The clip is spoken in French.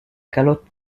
calotte